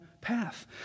path